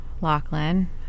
Lachlan